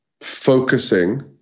focusing